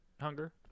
Hunger